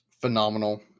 phenomenal